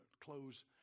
close